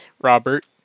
Robert